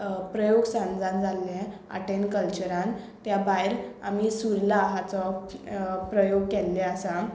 प्रयोगसान्जान जाल्लें आट एन कल्चरान त्या भायर आमी सुर्ला हाचो प्रयोग केल्ले आसा